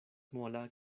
mola